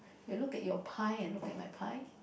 you look at your pie and look at my pie